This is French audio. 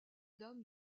dame